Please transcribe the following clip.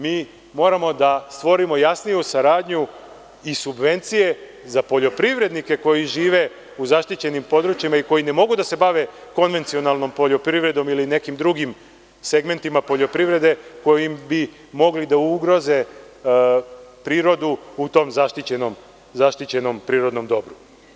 Mi moramo da stvorimo jasniju saradnju i subvencije za poljoprivrednikekoji žive u zaštićenim područjima i koji ne mogu da se bave konvencionalnom poljoprivredom ili nekim drugim segmentima poljoprivrede kojim bi mogli da ugroze prirodu u tom zaštićenom prirodnom dobru.